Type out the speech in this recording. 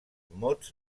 mots